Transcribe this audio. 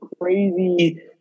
crazy